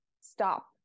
stop